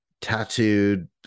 tattooed